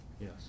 Yes